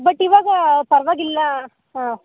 but ಇವಾಗ ಪರವಾಗಿಲ್ಲ ಹಾಂ